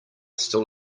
still